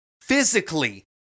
Physically